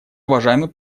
уважаемый